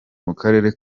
mukarere